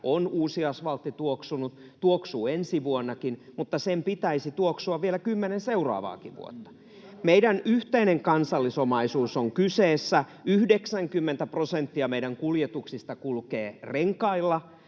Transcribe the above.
on uusi asvaltti tuoksunut, tuoksuu ensi vuonnakin, mutta sen pitäisi tuoksua vielä 10 seuraavaakin vuotta. Meidän yhteinen kansallisomaisuus on kyseessä. 90 prosenttia meidän kuljetuksista kulkee renkailla,